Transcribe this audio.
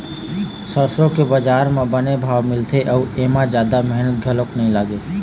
सरसो के बजार म बने भाव मिलथे अउ एमा जादा मेहनत घलोक नइ लागय